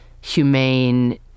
humane